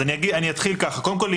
קודם כול,